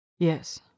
Yes